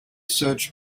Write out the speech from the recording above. search